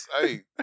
hey